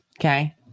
Okay